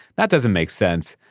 that doesn't make sense!